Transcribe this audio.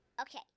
Okay